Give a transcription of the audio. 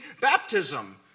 baptism